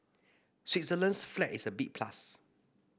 Switzerland's flag is a big plus